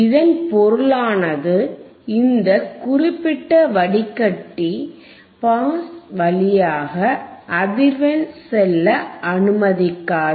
இதன் பொருளானது இந்த குறிப்பிட்ட வடிகட்டி பாஸ் வழியாக அதிர்வெண் செல்ல அனுமதிக்காது